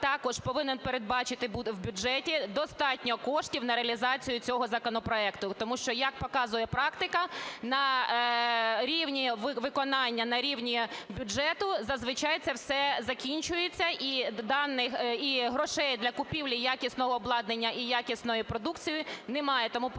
також повинен передбачити буде в бюджеті достатньо коштів на реалізацію цього законопроекту. Тому що, як показує практика, на рівні виконання, на рівні бюджету, зазвичай це все закінчується. І грошей для купівлі якісного обладнання і якісної продукції, немає. Тому просимо